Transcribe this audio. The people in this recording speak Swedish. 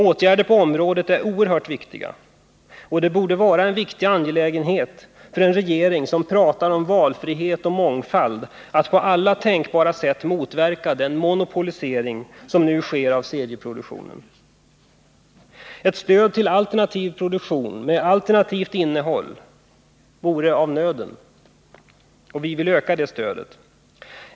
Åtgärder på området är oerhört viktiga, och det borde vara en viktig angelägenhet för en regering som pratar om valfrihet och mångfald att på alla tänkbara sätt motverka den monopolisering som nu sker av serieproduktionen. Ett stöd till alternativ produktion med alternativt innehåll är av nöden. Vi vill öka det stödet.